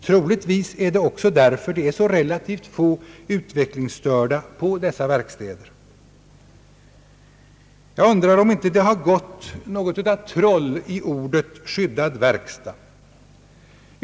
Troligtvis är det också därför det är så relativt få utvecklingsstörda på dessa verkstäder. Jag undrar om det inte gått troll i orden »skyddad verkstad».